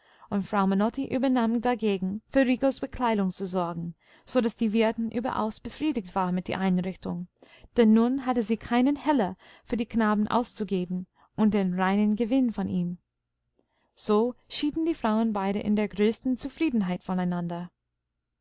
und frau menotti übernahm dagegen für ricos bekleidung zu sorgen so daß die wirtin überaus befriedigt war mit der einrichtung denn nun hatte sie keinen heller für den knaben auszugeben und den reinen gewinn von ihm so schieden die frauen beide in der größten zufriedenheit voneinander